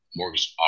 mortgage